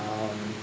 um